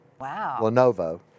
Lenovo